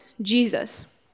Jesus